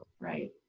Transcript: Right